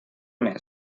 mes